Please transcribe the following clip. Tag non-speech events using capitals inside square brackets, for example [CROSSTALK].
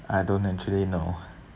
I don't actually know [BREATH]